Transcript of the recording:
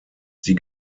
sie